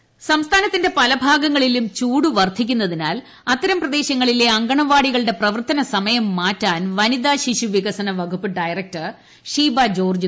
അങ്കണവാടി പ്രവർത്തന സമയം സംസ്ഥാനത്തിന്റെ പലഭാഗങ്ങളിലും ചൂട് വർധിക്കുന്നതിനാൽ അത്തരം പ്രദേശങ്ങളിലെ അങ്കണവാടികളുടെ പ്രവർത്തന സമയം മാറ്റാൻ വനിത ശിശു വികസന വകുപ്പ് ഡയറക്ടർ ഷീബ ജോർജ്